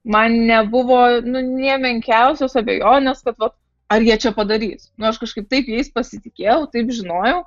man nebuvo nu nė menkiausios abejonės kad vat ar jie čia padarys nu aš kažkaip taip jais pasitikėjau taip žinojau